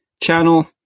channel